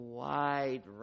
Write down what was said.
wide